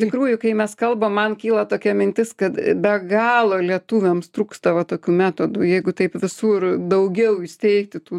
tikrųjų kai mes kalbam man kyla tokia mintis kad be galo lietuviams trūksta va tokių metodų jeigu taip visur daugiau įsteigti tų